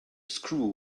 screw